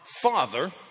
father